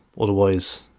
otherwise